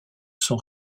sont